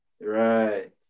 Right